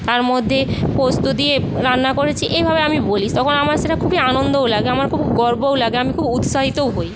তার মধ্যে পোস্ত দিয়ে রান্না করেছি এইভাবে আমি বলি তখন আমার সেটা খুবই আনন্দও লাগে আমার খুব গর্বও লাগে আমি খুব উৎসাহিতও হই